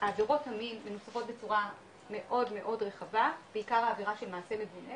עבירות המין מנוסחות בצורה מאוד רחבה בעיקר העבירה של מעשה מגונה